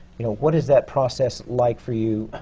you know, what is that process like for you,